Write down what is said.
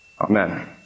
Amen